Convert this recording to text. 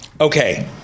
Okay